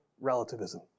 relativism